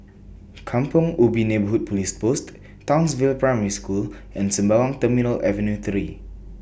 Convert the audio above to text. Kampong Ubi Neighbourhood Police Post Townsville Primary School and Sembawang Terminal Avenue three